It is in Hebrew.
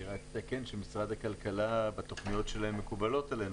אני רק אתקן שתוכניות של משרד הכלכלה מקובלות עלינו,